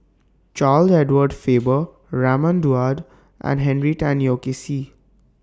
Charles Edward Faber Raman Daud and Henry Tan Yoke See